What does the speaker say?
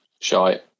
Shite